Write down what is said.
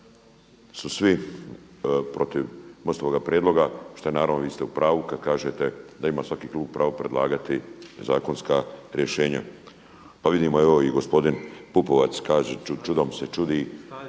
su svi protiv MOST-ovog prijedloga šta naravno vi ste u pravu kada kažete da ima svaki klub pravo predlagati zakonska rješenja. Pa vidimo evo i gospodin Pupovac kaže čudom se čudi